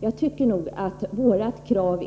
Jag tycker att vårt krav